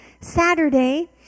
Saturday